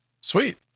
Sweet